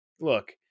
look